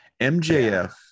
MJF